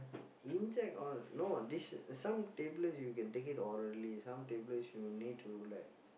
inside all no this some tablets you can take it orally some tablets you need to like